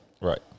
right